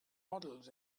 models